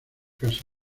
casi